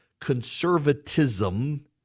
conservatism